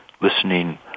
listening